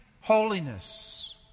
holiness